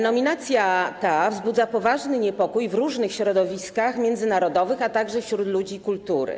Nominacja ta wzbudza poważny niepokój w różnych środowiskach międzynarodowych, a także wśród ludzi kultury.